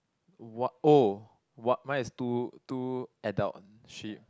what oh what mine is two two adult sheep